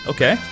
Okay